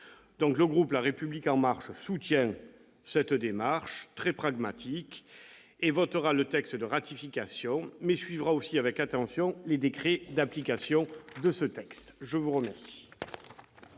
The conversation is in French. Le groupe La République En Marche soutient cette démarche très pragmatique et votera le texte de ratification. Il suivra aussi avec attention les décrets d'application de ce dernier.